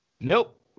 Nope